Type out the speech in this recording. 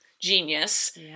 genius